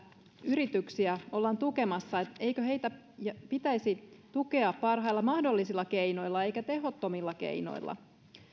yrityksiä ollaan tukemassa että eikö heitä pitäisi tukea parhailla mahdollisilla keinoilla eikä tehottomilla keinoilla